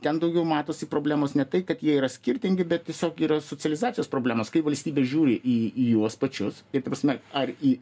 ten daugiau matosi problemos ne tai kad jie yra skirtingi bet tiesiog yra socializacijos problemos kai valstybė žiūri į į juos pačius ir ta prasme ar į